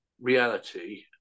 reality